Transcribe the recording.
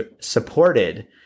supported